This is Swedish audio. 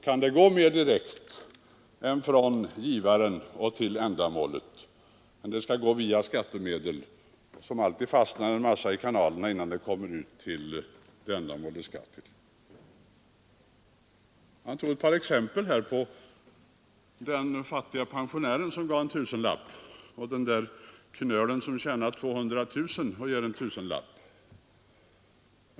Kan det gå mera direkt än från givaren till ändamålet? Men det skall gå via skattemedlen, och då fastnar det alltid en massa i kanalerna innan bidragen kommer ut till avsett ändamål. Herr Lundgren tog ett par exempel. Han nämnde den fattige pensionären, som gav en tusenlapp, och den där knölen som tjänar 200 000 kronor och också ger en tusenlapp.